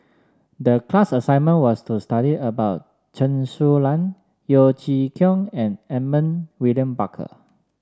the class assignment was to study about Chen Su Lan Yeo Chee Kiong and Edmund William Barker